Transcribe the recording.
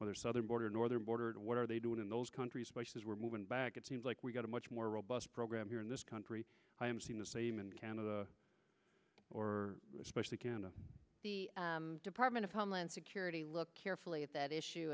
whether southern border northern border and what are they doing in those countries were moving back it seems like we got a much more robust program here in this country i am seeing the same in canada or especially the department of homeland security look carefully at that issue